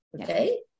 okay